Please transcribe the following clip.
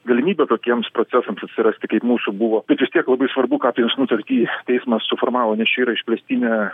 galimybė tokiems procesams atsirasti kaip mūsų buvo bet vis tiek labai svarbu ką apie jos nutartį teismas suformavo nes čia yra išplėstinė